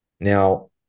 Now